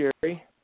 jerry